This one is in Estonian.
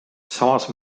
samas